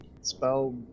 Spell